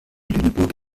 lüneburg